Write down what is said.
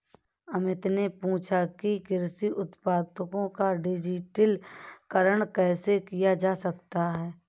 अमित ने पूछा कि कृषि उत्पादों का डिजिटलीकरण कैसे किया जा सकता है?